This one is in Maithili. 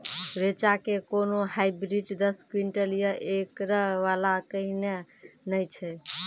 रेचा के कोनो हाइब्रिड दस क्विंटल या एकरऽ वाला कहिने नैय छै?